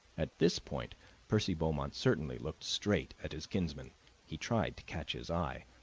at this point percy beaumont certainly looked straight at his kinsman he tried to catch his eye.